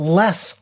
less